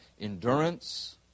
Endurance